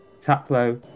Taplow